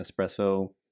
espresso